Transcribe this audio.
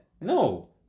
no